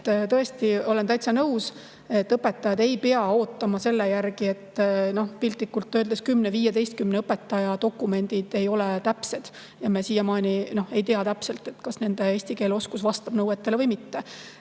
Tõesti, olen täitsa nõus, et õpetajad ei pea ootama selle järgi, et piltlikult öeldes 10–15 õpetaja dokumendid ei ole täpsed ja me siiamaani ei tea, kas nende eesti keele oskus vastab nõuetele või mitte.